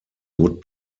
would